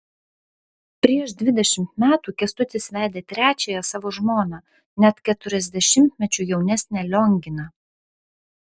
prieš dvidešimt metų kęstutis vedė trečiąją savo žmoną net keturiasdešimtmečiu jaunesnę lionginą